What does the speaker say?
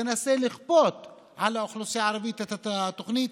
ותנסה לכפות על האוכלוסייה הערבית את התוכנית,